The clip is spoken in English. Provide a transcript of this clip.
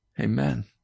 Amen